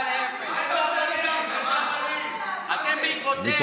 מארבעה לאפס, ואתם בעקבותיה.